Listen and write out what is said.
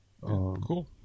Cool